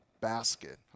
basket